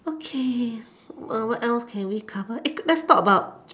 okay what else can we cover let's talk about